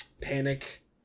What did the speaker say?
panic